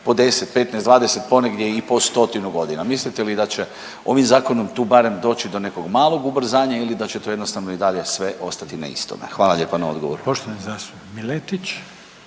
po 10, 15, 20 ponegdje i po stotinu godina. Mislite li da će ovim zakonom tu doći do nekog malog ubrzanja ili da će to jednostavno i dalje sve ostati na istom? Hvala lijepa na odgovoru.